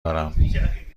دارم